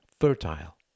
fertile